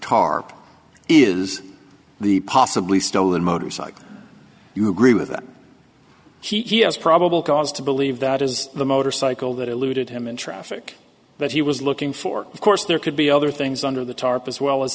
tarp is the possibly stolen motorcycle you agree with that he has probable cause to believe that is the motorcycle that eluded him in traffic but he was looking for of course there could be other things under the tarp as well as